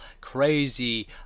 crazy